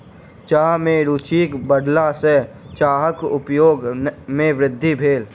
चाह में रूचिक बढ़ला सॅ चाहक उपयोग में वृद्धि भेल